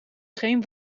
geen